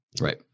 Right